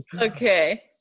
Okay